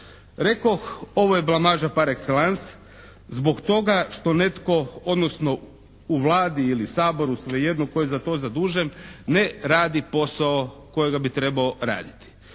Rekoh ovo je blamaža par exellence zbog toga što netko odnosno u Vladi ili Saboru svejedno tko je za to zadužen ne radi posao kojega bi trebao raditi.